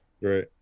right